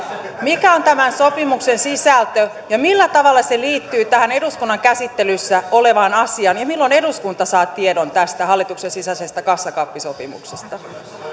mikä on tämän sopimuksen sisältö ja millä tavalla se liittyy tähän eduskunnan käsittelyssä olevaan asiaan milloin eduskunta saa tiedon tästä hallituksen sisäisestä kassakaappisopimuksesta